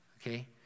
Okay